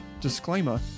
disclaimer